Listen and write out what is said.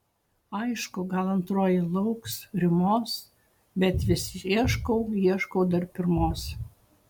aišku gal antroji lauks rymos bet vis ieškau ieškau dar pirmos